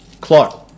Clark